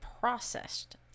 processed